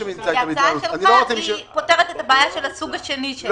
ההצעה שלך פותרת את הבעיה של הסוג השני.